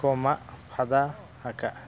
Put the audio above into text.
ᱠᱚ ᱢᱟᱜ ᱯᱷᱟᱫᱟ ᱟᱠᱟᱜᱼᱟ